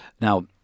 Now